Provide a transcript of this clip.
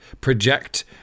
project